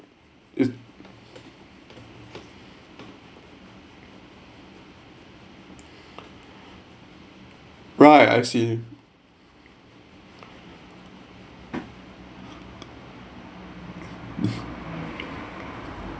it's right I see